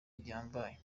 gihambaye